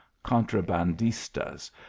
contrabandistas